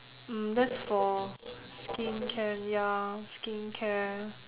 um that's for skincare ya skincare